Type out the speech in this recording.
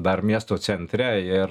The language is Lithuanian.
dar miesto centre ir